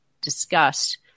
discussed